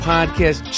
Podcast